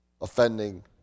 offending